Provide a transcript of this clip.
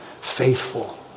faithful